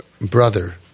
brother